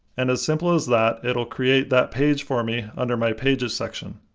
and as simple as that, it will create that page for me under my pages section.